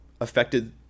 affected